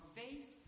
faith